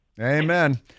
Amen